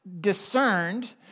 discerned